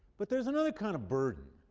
but there's another kind of burden,